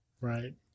Right